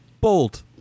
Bold